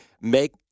make